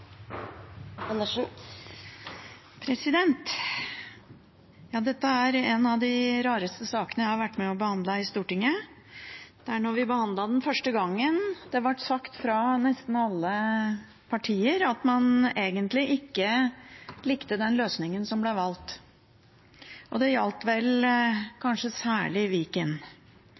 en av de rareste sakene jeg har vært med på å behandle i Stortinget. Da vi behandlet den første gang, ble det sagt fra nesten alle partier at man egentlig ikke likte den løsningen som ble valgt, og det gjaldt kanskje særlig Viken.